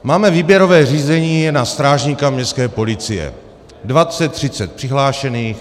Máme výběrové řízení na strážníka městské policie, dvacet třicet přihlášených.